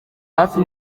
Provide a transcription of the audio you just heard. hafi